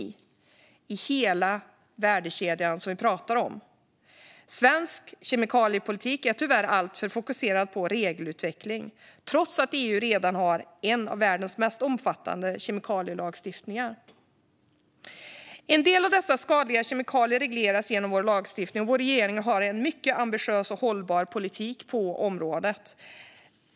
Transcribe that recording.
Det gäller hela den värdekedja vi pratar om nu. Svensk kemikaliepolitik är tyvärr alltför fokuserad på regelutveckling, trots att EU redan har en av världens mest omfattande kemikalielagstiftningar. Användningen av en del skadliga kemikalier regleras i lag, och regeringen har en mycket ambitiös och hållbar politik på området.